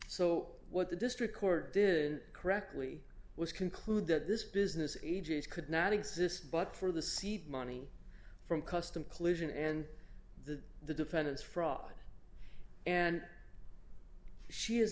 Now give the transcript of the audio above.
so what the district court did correctly was conclude that this business a j is could not exist but for the seed money from custom collusion and the the defendant's fraud and she